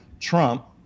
Trump